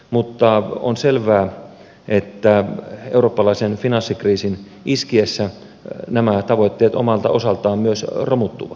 mutta on selvää että europpalaisen finanssikriisin iskiessä nämä tavoitteet omalta osaltaan myös romuttuvat